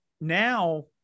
now